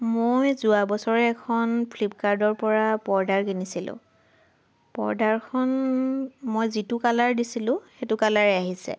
মই যোৱাবছৰে এখন ফ্লিপকাৰ্টৰ পৰা পৰ্দা কিনিছিলোঁ পৰ্দাখন মই যিটো কালাৰ দিছিলোঁ সেইটো কালাৰে আহিছে